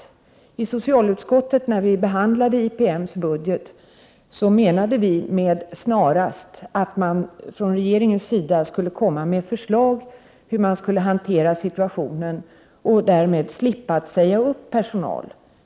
När vi i socialutskottet behandlade IPM:s budget menade vi med ”snarast” att man från regeringens sida skulle komma med förslag om hur man skulle hantera situationen så att man på IPM därmed skulle slippa säga upp personal.